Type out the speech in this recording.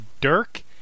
Dirk